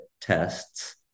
tests